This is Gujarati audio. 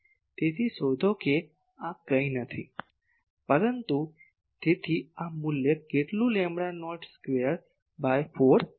તેથી શોધો કે આ કંઈ નથી પરંતુ તેથી આ મૂલ્ય કેટલું lambda naught square by 4 pi છે